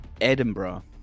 Edinburgh